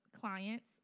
clients